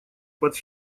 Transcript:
под